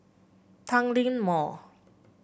Tanglin Mall